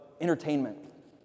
entertainment